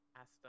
asked